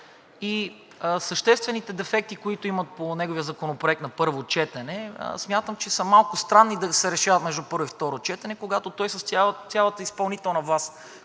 и съществените дефекти, които има по неговия законопроект на първо четене, смятам, че са малко странни да се решават между първо и второ четене, когато той, с цялата изпълнителна власт,